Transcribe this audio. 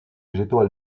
végétaux